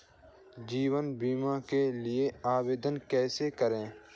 जीवन बीमा के लिए आवेदन कैसे करें?